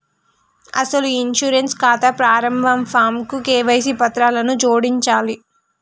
అసలు ఈ ఇన్సూరెన్స్ ఖాతా ప్రారంభ ఫాంకు కేవైసీ పత్రాలను జోడించాలి